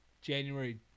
january